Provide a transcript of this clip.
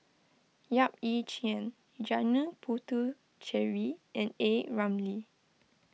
Yap Ee Chian Janil Puthucheary and A Ramli